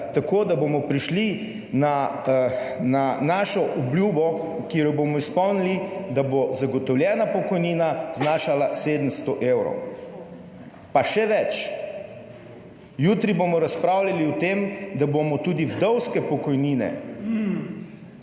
tako da bomo prišli na našo obljubo, ki jo bomo izpolnili – da bo zagotovljena pokojnina znašala 700 evrov. Pa še več, jutri bomo razpravljali o tem, da bomo tudi vdovske pokojnine dali